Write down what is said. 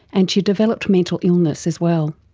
and she developed mental illness as well.